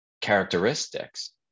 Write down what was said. characteristics